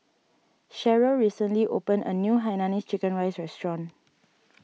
Sheryll recently opened a new Hainanese Chicken Rice restaurant